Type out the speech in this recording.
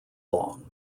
long